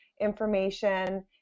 information